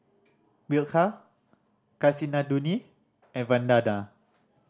Milkha Kasinadhuni and Vandana